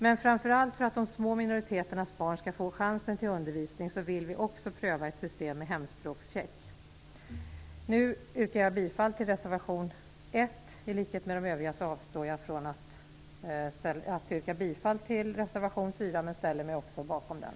Men framför allt för att de små minoriteternas barn skall få chansen till undervisning vill vi också pröva ett system med hemspråkscheck. Jag yrkar bifall till reservation 1. I likhet med övriga avstår jag från att yrka bifall till reservation 4, men jag ställer mig också bakom den.